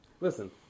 Listen